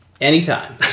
anytime